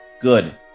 Good